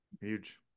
huge